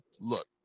look